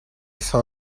saw